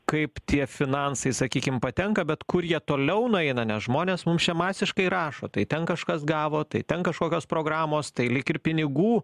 kaip tie finansai sakykim patenka bet kur jie toliau nueina nes žmonės mums čia masiškai rašo tai ten kažkas gavo tai ten kažkokios programos tai lyg ir pinigų